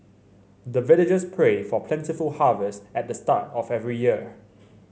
the villagers pray for plentiful harvest at the start of every year